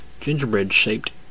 gingerbread-shaped